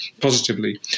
positively